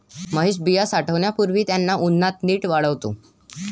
महेश बिया साठवण्यापूर्वी त्यांना उन्हात नीट वाळवतो